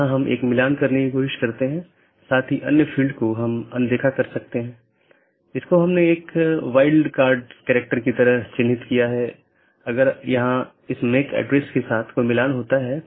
अगर जानकारी में कोई परिवर्तन होता है या रीचचबिलिटी की जानकारी को अपडेट करते हैं तो अपडेट संदेश में साथियों के बीच इसका आदान प्रदान होता है